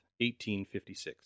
1856